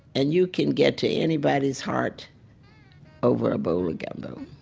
and you can get to anybody's heart over a bowl of gumbo.